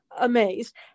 amazed